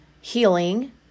healing